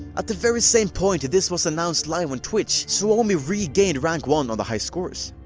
at the very same point this was announced live on twitch, suomi re-gained rank one on the hiscores.